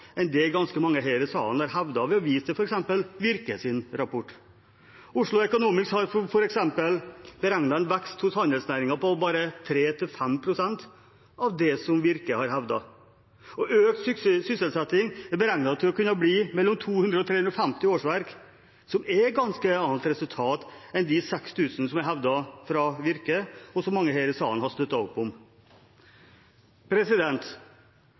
enn det ganske mange her i salen har hevdet ved å vise til f.eks. Virkes rapport. Oslo Economics har f.eks. beregnet en vekst hos handelsnæringen på bare 3–5 pst. av det som Virke har hevdet. Økt sysselsetting er beregnet til å kunne bli på mellom 200 og 350 årsverk, som er et ganske annet resultat enn de 6 000, som hevdet fra Virke, og som mange i salen har støttet opp om.